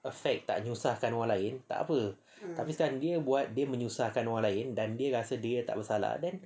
affect tak nyusahkan orang lain tak apa tapi sekarang dia buat dia menyusahkan orang lain dan dia rasa dia tak bersalah then